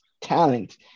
talent